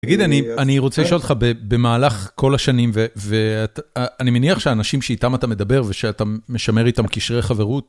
תגידי, אני רוצה לשאול אותך, במהלך כל השנים, ואני מניח שאנשים שאיתם אתה מדבר ושאתה משמר איתם קשרי חברות.